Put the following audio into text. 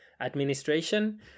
administration